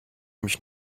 mich